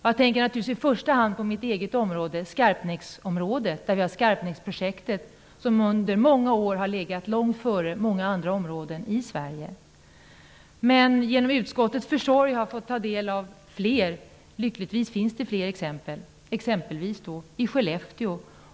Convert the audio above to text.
Jag tänker naturligtvis i första hand på mitt eget bostadsområde Skarpnäck, där vi har Skarpnäcksprojektet som under många år har legat långt före många andra områden i Sverige. Genom utskottets försorg har jag fått ta del av fler exempel -- lyckligtvis finns det fler exempel -- såsom Skellefteå.